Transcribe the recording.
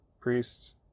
priests